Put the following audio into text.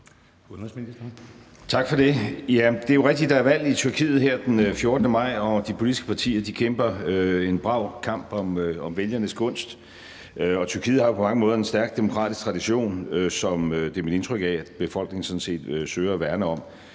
Tak for det.